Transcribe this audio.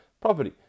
property